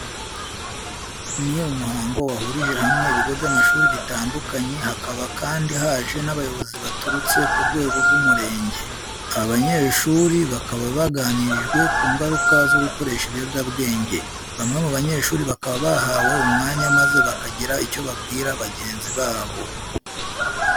Ni umuhango wahurije hamwe ibigo by'amashuri bitandukanye, hakaba kandi haje n'abayobozi baturutse ku rwego rw'umurenge. Aba banyeshuri bakaba baganirijwe ku ngaruka zo gukoresha ibiyobyabwenge. Bamwe mu banyeshuri bakaba bahawe umwanya maze bakagira icyo babwira bagenzi babo.